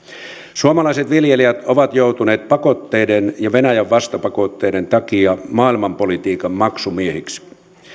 suomalaiset viljelijät ovat joutuneet pakotteiden ja venäjän vastapakotteiden takia maailmanpolitiikan maksumiehiksi